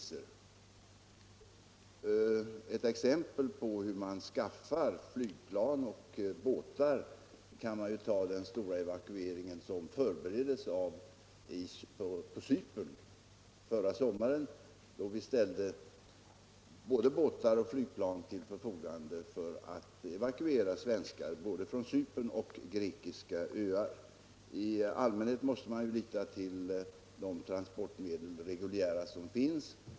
Som ett exempel på hur man skaffar flygplan och båtar kan vi ta den stora evakuering som förbereddes från Cypern förra sommaren, då vi ställde både båtar och flygplan till förfogande för att evakuera svenskar från Cypern och från grekiska öar. I allmänhet måste man lita till de reguljära transportmedel som finns.